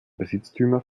besitztümer